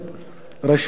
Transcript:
רשות העתיקות,